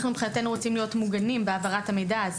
אנחנו רוצים להיות מוגנים בהעברת המידע הזה.